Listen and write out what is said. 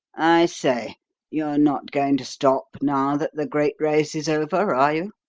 i say you're not going to stop now that the great race is over, are you?